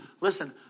listen